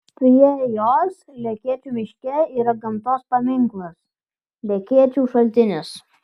prie jos lekėčių miške yra gamtos paminklas lekėčių šaltinis